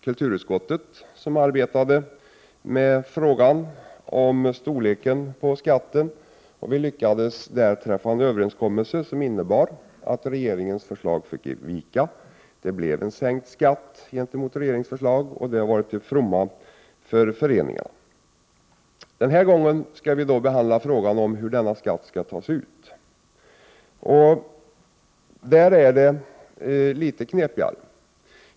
Kulturutskottet arbetade med frågan om storleken på skatten. Vi lyckades träffa en överenskommelse som innebar att regeringens förslag fick ge vika. Det blev en sänkt skatt i förhållande till regeringens förslag. Det har varit till fromma för föreningarna. Denna gång skall vi behandla frågan om hur skatten skall tas ut. Den frågan är litet knepigare.